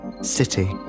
City